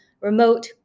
remote